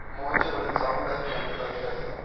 मोहनचे वडील सामुदायिक बँकेत अधिकारी आहेत